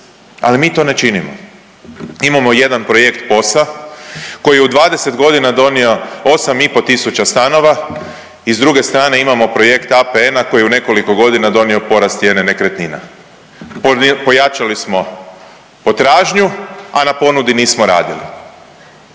ali mi to ne činimo. Imamo jedan projekt POS-a koji je u 20.g. donio 8 i po tisuća stanova i s druge strane imamo projekt APN-a koji je u nekoliko godina donio porast cijene nekretnina, pojačali smo potražnju, a na ponudi nismo radili.